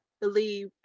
believe